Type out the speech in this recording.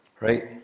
Right